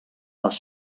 les